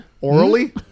Orally